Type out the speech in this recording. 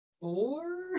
four